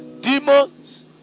demons